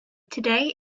today